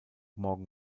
morgan